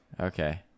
Okay